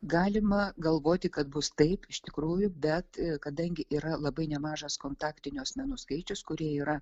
galima galvoti kad bus taip iš tikrųjų bet kadangi yra labai nemažas kontaktinių asmenų skaičius kurie yra